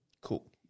Cool